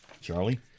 Charlie